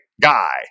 guy